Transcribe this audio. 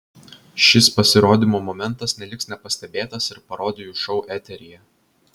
šis pasirodymo momentas neliks nepastebėtas ir parodijų šou eteryje